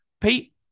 Pete